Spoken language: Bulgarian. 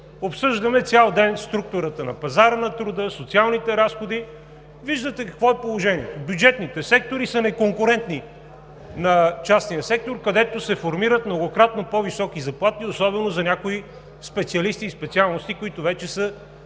Обсъждаме цял ден структурата на пазара на труда, социалните разходи. Виждате какво е положението. Бюджетните сектори са неконкурентни на частния сектор, където се формират многократно по-високи заплати, особено за някои специалисти и специалности, които вече са